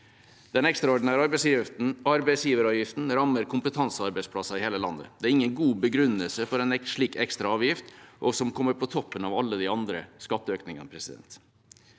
Den ekstraordinære arbeidsgiveravgiften rammer kompetansearbeidsplasser i hele landet. Det er ingen god begrunnelse for en slik ekstraavgift, som kommer på toppen av alle de andre skatteøkningene. Regjeringa